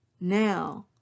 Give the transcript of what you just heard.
now